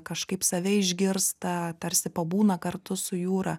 kažkaip save išgirsta tarsi pabūna kartu su jūra